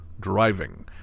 driving